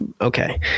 Okay